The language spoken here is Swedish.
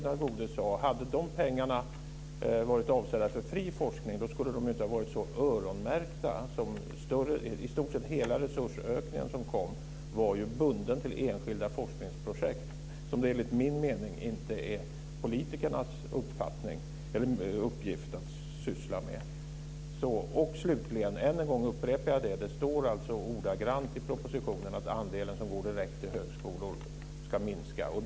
Hade de pengarna varit avsedda för fri forskning hade de inte varit så öronmärkta. I stort sett hela resursökningen som kom var bunden till enskilda forskningsprojekt som det enligt min mening inte är politikernas uppgift att syssla med. Än en gång upprepar jag att det står ordagrannt i propositionen att andelen som går direkt till högskolor ska minska.